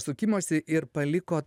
sukimosi ir paliko